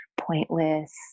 pointless